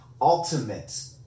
ultimate